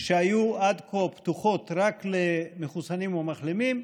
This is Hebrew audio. שהיו עד כה פתוחות רק למחוסנים ומחלימים,